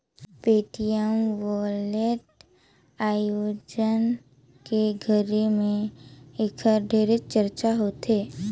Paytm e wallet आयज के घरी मे ऐखर ढेरे चरचा होवथे